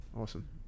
awesome